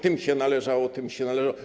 Tym się należało, tym się należało.